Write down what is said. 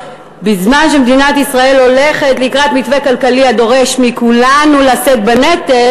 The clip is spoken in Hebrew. בזמן שמדינת ישראל הולכת לקראת מתווה כלכלי הדורש מכולנו לשאת בנטל,